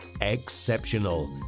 exceptional